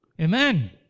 Amen